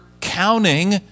counting